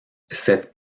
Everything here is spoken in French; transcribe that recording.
cette